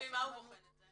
לפי מה הוא בוחן את זה?